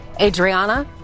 Adriana